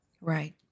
Right